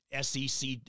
SEC